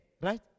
Right